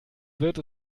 wird